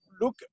look